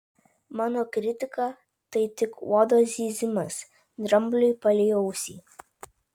mano kritika tai tik uodo zyzimas drambliui palei ausį